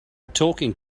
talking